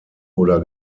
oder